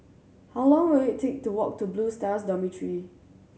how long will it take to walk to Blue Stars Dormitory